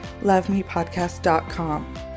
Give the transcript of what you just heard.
lovemepodcast.com